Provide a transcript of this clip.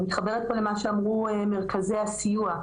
אני מתחברת פה למה שאמרו מרכזי הסיוע,